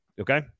okay